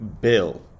Bill